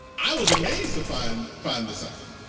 i was amazed to find find this out.